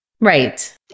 Right